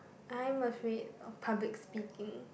I'm afraid of public speaking